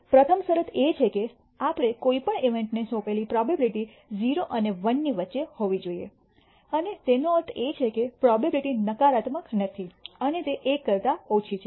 પ્રથમ શરત એ છે કે આપણે કોઈ પણ ઇવેન્ટને સોંપીએલી પ્રોબેબીલીટી 0 અને 1 ની વચ્ચે હોવી જોઈએ અને તેનો અર્થ એ છે કે પ્રોબેબીલીટી નકારાત્મક નથી અને તે 1 કરતા ઓછી છે